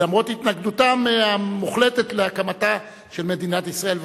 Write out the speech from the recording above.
למרות התנגדותם המוחלטת להקמתה של מדינת ישראל,